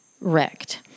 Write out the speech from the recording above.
wrecked